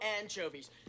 anchovies